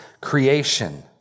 creation